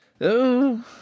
Oh